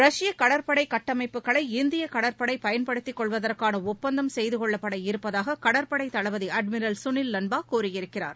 ரஷ்ய கடற்படைக் கட்டமைப்புகளை இந்தியக் கடற்படை பயன்படுத்திக் கொள்வதற்கான ஒப்பந்தம் செய்து கொள்ளப்பட இருப்பதாக கடற்படைத் தளபதி அட்மிரல் சுனில் லன்பா கூறியிருக்கிறார்